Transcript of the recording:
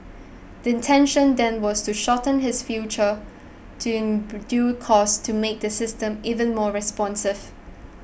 intention then was to shorten his further to in due course to make the system even more responsive